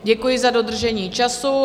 Děkuji za dodržení času.